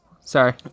Sorry